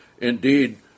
Indeed